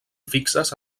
fixes